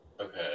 Okay